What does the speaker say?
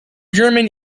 german